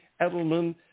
Edelman